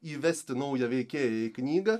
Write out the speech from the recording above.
įvesti naują veikėją į knygą